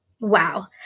wow